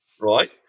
right